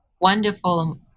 wonderful